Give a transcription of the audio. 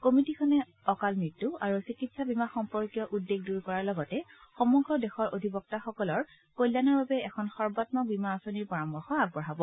কমিটীখনে অকাল মৃত্যু আৰু চিকিৎসা বীমা সম্পৰ্কীয় উদ্বেগ দূৰ কৰাৰ লগতে সমগ্ৰ দেশৰ অধিবক্তাসকলৰ কল্যাণৰ বাবে এখন সৰ্বাম্মক বীমা আঁচনিৰ পৰামৰ্শ আগবঢ়াব